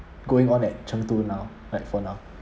going on at chengdu now like for now